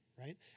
right